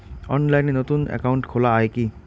অনলাইনে নতুন একাউন্ট খোলা য়ায় কি?